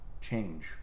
Change